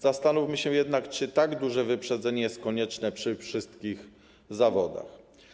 Zastanówmy się jednak, czy tak duże wyprzedzenie jest konieczne przy wszystkich zawodach.